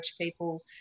people